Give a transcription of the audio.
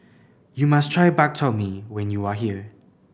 you must try Bak Chor Mee when you are here